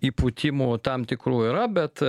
įpūtimų tam tikrų yra bet